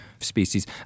species